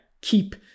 keep